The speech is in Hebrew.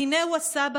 // הינה הוא הסבא,